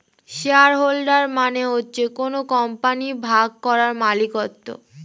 share holder মানে হচ্ছে কোন কোম্পানির ভাগ করা মালিকত্ব